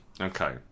Okay